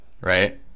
right